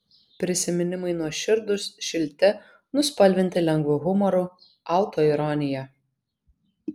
prisiminimai nuoširdūs šilti nuspalvinti lengvu humoru autoironija